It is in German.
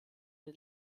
den